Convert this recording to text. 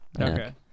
Okay